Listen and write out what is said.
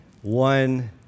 One